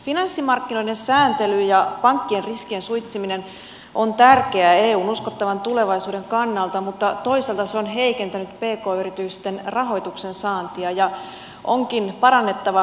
finanssimarkkinoiden sääntely ja pankkien riskien suitsiminen on tärkeää eun uskottavan tulevaisuuden kannalta mutta toisaalta se on heikentänyt pk yritysten rahoituksen saantia ja pk yritysten toimintamahdollisuuksia onkin parannettava